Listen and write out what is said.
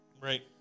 Right